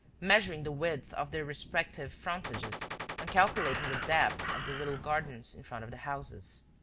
measuring the width of their respective frontages and calculating the depth of the little gardens in front of the houses.